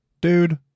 Dude